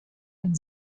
and